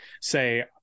say